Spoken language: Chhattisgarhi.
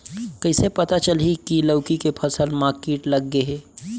कइसे पता चलही की लौकी के फसल मा किट लग गे हे?